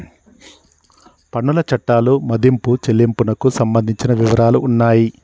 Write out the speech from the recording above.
పన్నుల చట్టాలు మదింపు చెల్లింపునకు సంబంధించిన వివరాలు ఉన్నాయి